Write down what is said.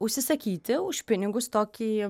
užsisakyti už pinigus tokį